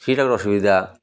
ସେଇଟାର ଅସୁବିଧା